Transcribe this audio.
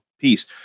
piece